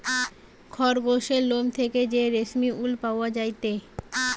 খরগোসের লোম থেকে যে রেশমি উল পাওয়া যায়টে